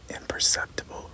imperceptible